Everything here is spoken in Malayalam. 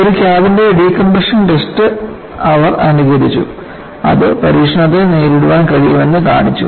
ഒരു ക്യാബിന്റെ ഡീകംപ്രഷൻ ടെസ്റ്റ് അവർ അനുകരിച്ചു അത് പരീക്ഷണത്തെ നേരിടാൻ കഴിയുമെന്ന് കാണിച്ചു